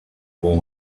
warm